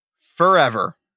forever